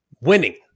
winning